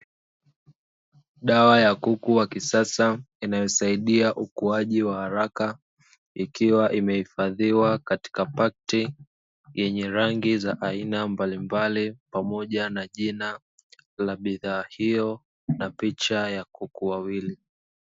Dawa ya kuku wa kisasa inayo saidia ukuaji wa haraka, Ikiwa imehifadhiwa katika pakiti yenye rangi za aina mbalimbali pamoja na jina la bidha hiyo na picha ya kuku wawili.